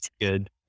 Good